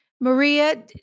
Maria